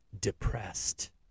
depressed